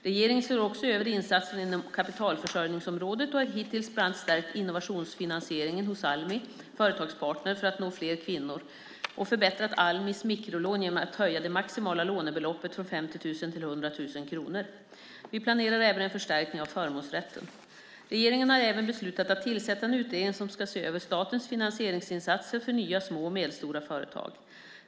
Regeringen ser också över insatserna inom kapitalförsörjningsområdet och har hittills bland annat stärkt innovationsfinansieringen hos Almi Företagspartner för att nå fler kvinnor och förbättrat Almis mikrolån genom att höja det maximala lånebeloppet från 50 000 till 100 000 kronor. Vi planerar även en förstärkning av förmånsrätten. Regeringen har även beslutat att tillsätta en utredning som ska se över statens finansieringsinsatser för nya, små och medelstora företag.